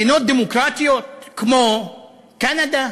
מדינות דמוקרטיות כמו קנדה,